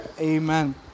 Amen